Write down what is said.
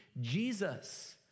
Jesus